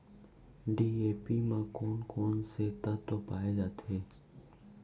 DAP म कोन कोन से तत्व पाए जाथे?